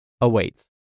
awaits